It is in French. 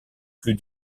plus